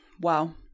wow